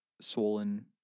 swollen